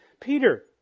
Peter